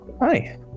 Hi